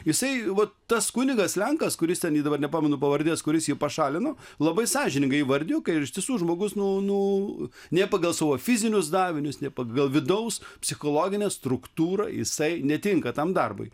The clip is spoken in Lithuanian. jisai vat tas kunigas lenkas kuris ten jį dabar nepamenu pavardės kuris jį pašalino labai sąžiningai įvardijo ir iš tiesų žmogus nu nu ne pagal savo fizinius davinius ne pagal vidaus psichologinę struktūrą jisai netinka tam darbui